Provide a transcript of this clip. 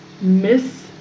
miss